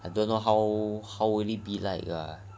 I don't know how how will it be like eh